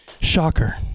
shocker